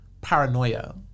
paranoia